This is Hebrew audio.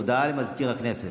הודעה למזכיר הכנסת.